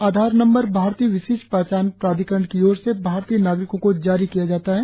आधार number भारतीय विशिष्ट पहचान प्राधिकरण की और से भारतीय नागरिकों को जारी किया जाता है